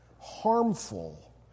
harmful